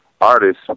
artist